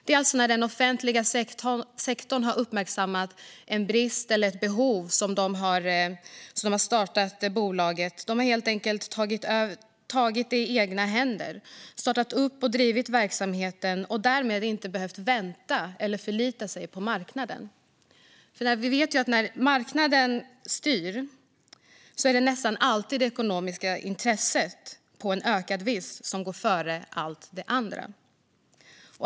Det är alltså när den offentliga sektorn har uppmärksammat en brist eller ett behov som bolaget har startats. Man har helt enkelt tagit det i egna händer, startat och drivit verksamheten och därmed inte behövt vänta eller förlita sig på marknaden. Vi vet att det när marknaden styr nästan alltid är det ekonomiska intresset av en ökad vinst som går före allt annat.